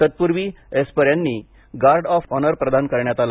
तत्पूर्वी एस्पर यांना guard of honour प्रदान करण्यात आला